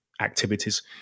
activities